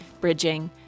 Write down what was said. bridging